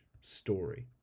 story